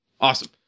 Awesome